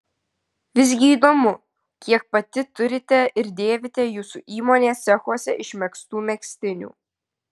visgi įdomu kiek pati turite ir dėvite jūsų įmonės cechuose išmegztų megztinių